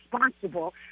responsible